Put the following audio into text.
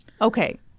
Okay